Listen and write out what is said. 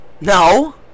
No